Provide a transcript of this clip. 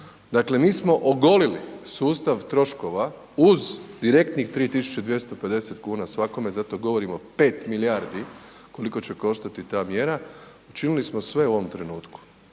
Dakle mi smo ogolili sustav troškova uz direktnih 3250 kn svakome, zato govorimo 5 milijardi koliko će koštati ta mjera, učinili smo sve u ovom trenutku.